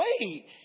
Wait